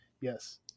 yes